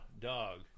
dog